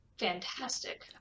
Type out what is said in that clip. fantastic